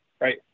right